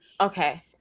okay